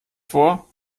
vor